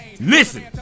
Listen